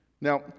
Now